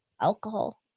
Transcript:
alcohol